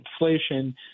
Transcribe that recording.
inflation